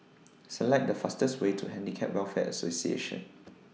Select The fastest Way to Handicap Welfare Association